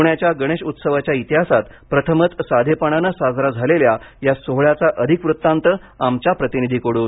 पुण्याच्या गणेश उत्सवाच्या इतिहासात प्रथमच साधेपणानं साजरा झालेल्या या सोहळ्याचा अधिक वृत्तात आमच्या प्रतिनिधीकडून